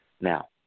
Now